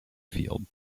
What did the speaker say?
field